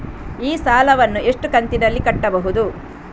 ಈ ಸಾಲವನ್ನು ಎಷ್ಟು ಕಂತಿನಲ್ಲಿ ಕಟ್ಟಬಹುದು?